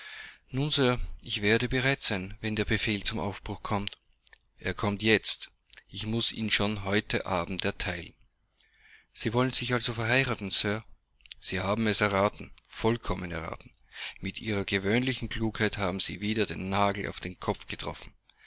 nun sir ich werde bereit sein wenn der befehl zum aufbruch kommt er kommt jetzt ich muß ihn schon heute abend erteilen sie wollen sich also verheiraten sir sie haben es erraten vollkommen erraten mit ihrer gewöhnlichen klugheit haben sie wieder den nagel auf den kopf getroffen